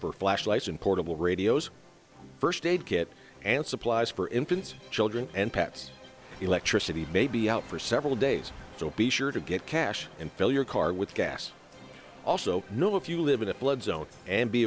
for flashlights and portable radios first aid kit and supplies for infants children and pets electricity may be out for several days so be sure to get cash and fill your car with gas also know if you live in a flood zone and be